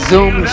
Zoom